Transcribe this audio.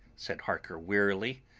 said harker wearily.